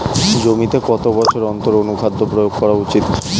জমিতে কত বছর অন্তর অনুখাদ্য প্রয়োগ করা উচিৎ?